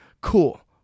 Cool